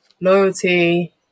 Loyalty